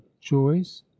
choice